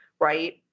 right